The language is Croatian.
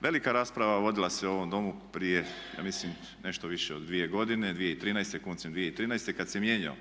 Velika rasprava vodila se u ovom Domu prije ja mislim nešto više od 2 godine, 2013. koncem 2013. kad se mijenjao